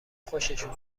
خوششون